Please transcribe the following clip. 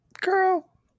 girl